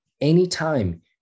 Anytime